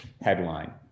headline